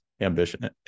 ambition